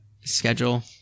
schedule